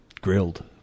grilled